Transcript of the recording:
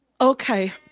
Okay